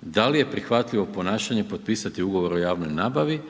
da li je prihvatljivo ponašanje potpisati ugovor o javnoj nabavi